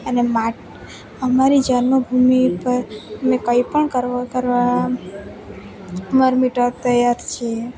અને માટે અમારી જન્મભૂમિ ઉપર અમે કંઈપણ કરવો કરવા મરી મટવા તૈયાર છીએ